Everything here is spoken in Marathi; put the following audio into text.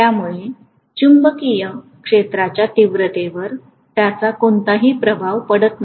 त्यामुळे चुंबकीय क्षेत्राच्या तीव्रतेवर त्याचा कोणताही प्रभाव पडत नाही